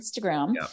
Instagram